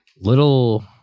little